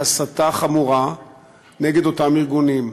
הסתה חמורה נגד אותם ארגונים.